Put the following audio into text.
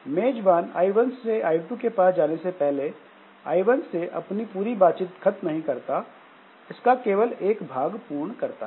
मेजबान I1से I2 के पास जाने से पहले I1 से अपनी पूरी बातचीत खत्म नहीं करता केवल इसका एक भाग पूर्ण करता है